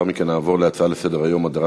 לאחר מכן נעבור להצעה לסדר-היום: הדרת